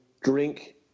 drink